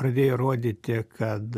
pradėjo rodyti kad